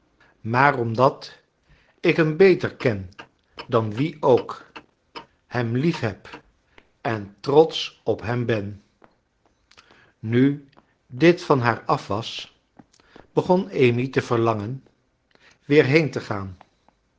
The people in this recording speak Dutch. maar omdat ik hem beter ken dan wie ook hem liefheb en trotsch op hem ben nu dit van haar af was begon amy te verlangen weer heen te gaan